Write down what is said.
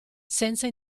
senza